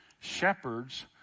shepherds